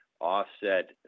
offset